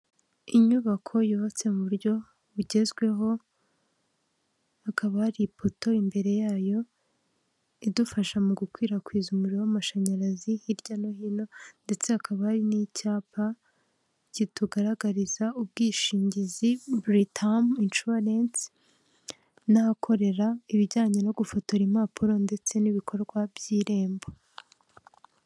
Inyubako yubatse mu buryo bugezweho, hakaba hari ipoto imbere yayo idufasha mu gukwirakwiza umuriro w'amashanyarazi hirya no hino ndetse hakaba hari n'icyapa kitugaragariza ubwishingizi, Britam inshuwarensi n'ahakorera ibijyanye no gufotora impapuro ndetse n'ibikorwa by'Irembo.